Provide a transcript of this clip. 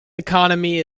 economy